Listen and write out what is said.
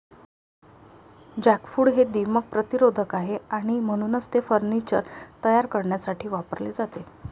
jackfruit हे दीमक प्रतिरोधक आहे आणि म्हणूनच ते फर्निचर तयार करण्यासाठी वापरले जाते